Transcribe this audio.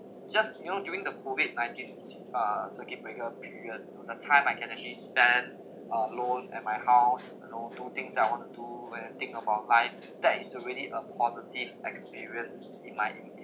just you know during the COVID nineteen s~ uh circuit breaker period you know the time I can actually spend alone at my house you know do things that I want to do when I think about life that is already a positive experience in my